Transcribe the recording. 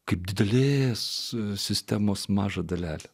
kaip didelės sistemos mažą dalelę